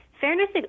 fairness